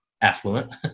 affluent